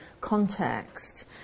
context